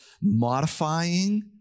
modifying